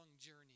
journey